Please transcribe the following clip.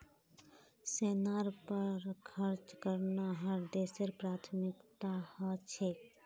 सेनार पर खर्च करना हर देशेर प्राथमिकता ह छेक